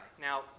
Now